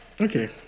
okay